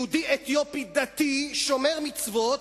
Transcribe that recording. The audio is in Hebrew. יהודי אתיופי דתי, שומר מצוות,